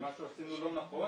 אם מה שעשינו לא נכון,